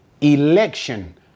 Election